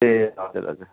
ए हजुर हजुर